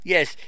Yes